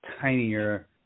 tinier